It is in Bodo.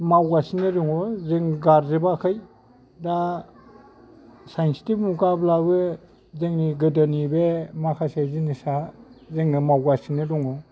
मावगासिनो दङ जों गारजोबाखै दा साइन्स नि मुगाब्लाबो जोंनि गोदोनि बे माखासे जिनिसा जोङो मावगासिनो दङ